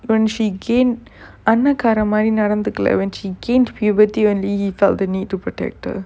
when she gain பணக்கார மாரி நடந்துக்கல:panakkaara maari nadanthukkala when she gained puberty only he feel the need to protect her